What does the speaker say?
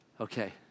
Okay